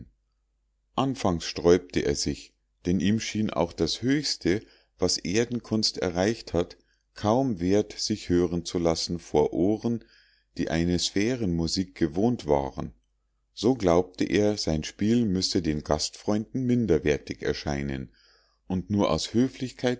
anfangs sträubte er sich denn ihm schien auch das höchste was erdenkunst erreicht hat kaum wert sich hören zu lassen vor ohren die eine sphärenmusik gewohnt waren so glaubte er sein spiel müsse den gastfreunden minderwertig erscheinen und nur aus höflichkeit